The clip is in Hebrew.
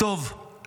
"טוב,